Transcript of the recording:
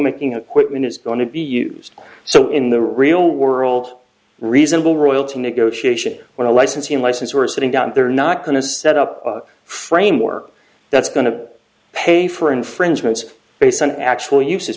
making equipment is going to be used so in the real world reasonable royalty negotiation when a licensing license or sitting down they're not going to set up a framework that's going to pay for infringements based on actual use